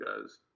guys